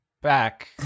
back